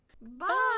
Bye